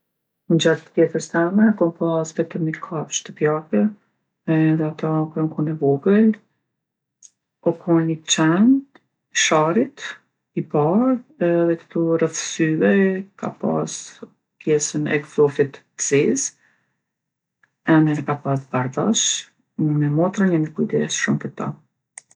Gjatë jetës teme kom pasë vetëm ni kafshë shtëpiake edhe ato kur jom kon e vogël. O kon ni qen i Sharrit, i bardhë edhe ktu rreth syve ka pase pjesën e gzofit t'zezë. Emnin e ka pasë Bardhosh. Unë me motrën jemi kujdes shumë për to.